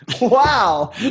wow